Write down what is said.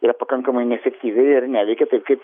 yra pakankamai neefektyvi ir neveikia taip kaip